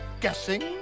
Guessing